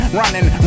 running